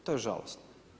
To je žalosno.